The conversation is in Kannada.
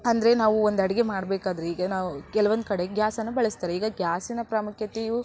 ಅಂದರೆ ನಾವು ಒಂದು ಅಡಿಗೆ ಮಾಡಬೇಕಾದ್ರೆ ಈಗ ನಾವು ಕೆಲವೊಂದು ಕಡೆ ಗ್ಯಾಸನ್ನು ಬಳಸ್ತಾರೆ ಈಗ ಗ್ಯಾಸಿನ ಪ್ರಾಮುಖ್ಯತೆಯೂ